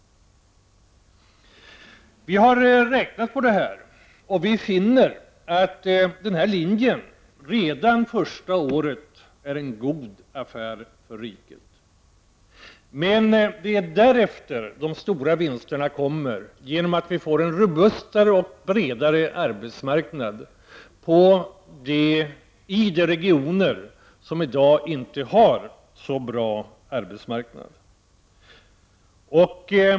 Vi har räknat på det här, och vi finner att denna linje redan första året är en god affär för riket. Men det är därefter som de stora vinsterna kommer, genom att arbetsmarknaden blir robustare och bredare i de regioner som i dag inte har en så bra arbetsmarknad.